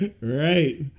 Right